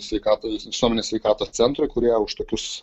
sveikatos visuomenės sveikatos centrui kurie už tokius